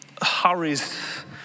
Hurries